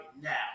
now